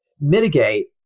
mitigate